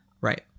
Right